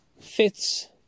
fits